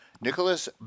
Nicholas